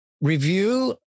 review